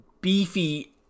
beefy